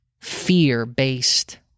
fear-based—